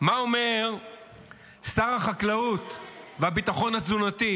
מה אומר שר החקלאות והביטחון התזונתי